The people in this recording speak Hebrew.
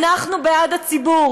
אנחנו בעד הציבור